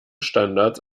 standards